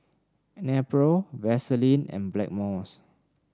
Nepro Vaselin and Blackmores